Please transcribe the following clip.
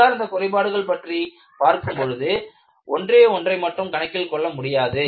உள்ளார்ந்த குறைபாடுகள் பற்றி பார்க்கும் பொழுது ஒன்றே ஒன்றை மட்டும் கணக்கில் கொள்ள முடியாது